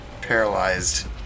paralyzed